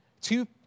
two